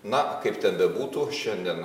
na kaip ten bebūtų šiandien